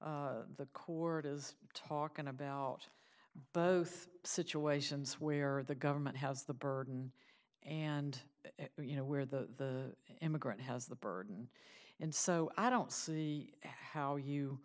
the cord is talking about both situations where the government has the burden and you know where the immigrant has the burden and so i don't see how you